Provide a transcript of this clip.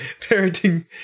Parenting